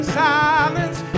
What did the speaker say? silence